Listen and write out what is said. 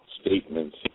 statements